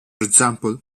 example